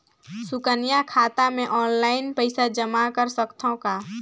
सुकन्या खाता मे ऑनलाइन पईसा जमा कर सकथव का?